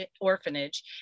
orphanage